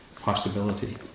possibility